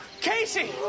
Casey